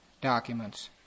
documents